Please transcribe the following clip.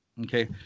Okay